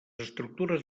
estructures